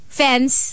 fence